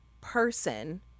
person